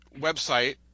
website